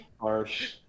harsh